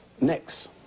Next